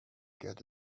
get